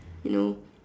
you know